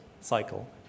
cycle